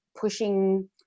pushing